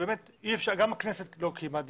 גם הכנסת לא קיימה דיונים.